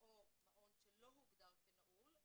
או מעון שלא הוגדר כנעול,